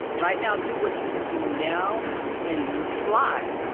right? now do what you can do now and slide.